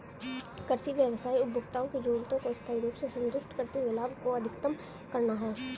कृषि व्यवसाय उपभोक्ताओं की जरूरतों को स्थायी रूप से संतुष्ट करते हुए लाभ को अधिकतम करना है